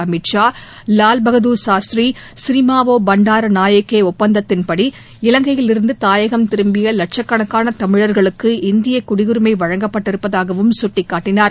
Amit Shah Lal Bahadur Shastri Sirimavo Bandaranaike ஒப்பந்தத்தின்படி இலங்கையிலிருந்து தாயகம் திரும்பிய தமிழர்களுக்கு இந்திய குடியுரிமை வழங்கப்பட்டிருப்பதாகவும் குட்டிக்காட்டினார்